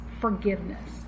forgiveness